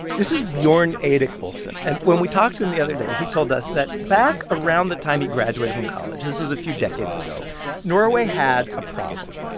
this is bjorn eirik olsen. and when we talked to him the other day, he told us that back around the time he graduated from college this was a few decades ago norway had a problem.